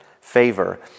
favor